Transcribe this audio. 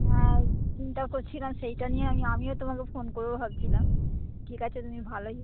হ্যাঁ চিন্তাও করছিলাম সেইটা নিয়ে আমি আমিও তোমাকে ফোন করব ভাবছিলাম ঠিক আছে তুমি ভালোই